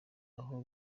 aho